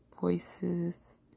Voices